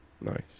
Nice